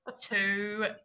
two